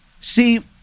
See